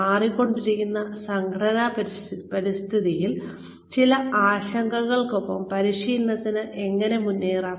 മാറിക്കൊണ്ടിരിക്കുന്ന സംഘടനാ പരിതസ്ഥിതിയിൽ ചില ആശങ്കകൾക്കൊപ്പം പരിശീലനത്തിന് എങ്ങനെ മുന്നേറാം